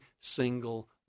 single